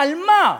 על מה?